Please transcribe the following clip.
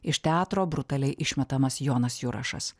iš teatro brutaliai išmetamas jonas jurašas